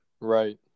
Right